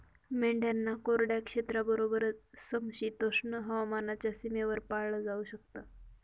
मेंढ्यांना कोरड्या क्षेत्राबरोबरच, समशीतोष्ण हवामानाच्या सीमेवर पाळलं जाऊ शकत